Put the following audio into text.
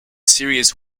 serious